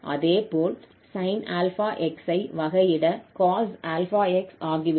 அதேபோல் sin 𝛼𝑥 ஐ வகையிட cos 𝛼𝑥 ஆகிவிடும்